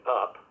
up